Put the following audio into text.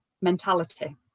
mentality